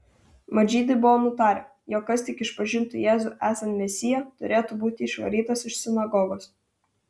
mat žydai buvo nutarę jog kas tik išpažintų jėzų esant mesiją turėtų būti išvarytas iš sinagogos